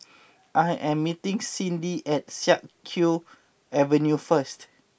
I am meeting Cyndi at Siak Kew Avenue first